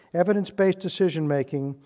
evidence-based decision making,